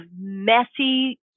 messy